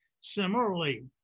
Similarly